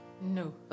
No